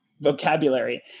vocabulary